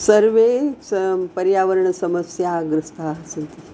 सर्वे सां पर्यावरणसमस्याग्रस्ताः सन्ति